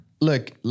Look